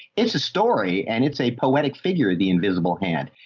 it's a story. and it's a poetic figure of the invisible hand.